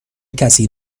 کسی